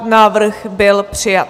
Návrh byl přijat.